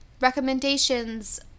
recommendations